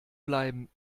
bleiben